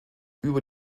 über